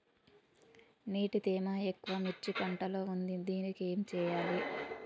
నీటి తేమ ఎక్కువ మిర్చి పంట లో ఉంది దీనికి ఏం చేయాలి?